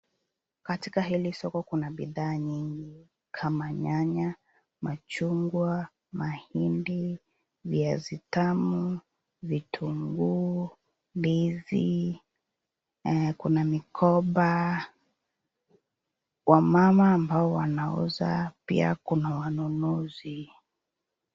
Katika hili soko kuna bidhaa nyingi kama nyanya, machungwa, mahindi, viazi tamu, vitunguu, ndizi, kuna mikoba , wamama ambao wanauza , pia kuna wanunuzi.